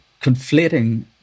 conflating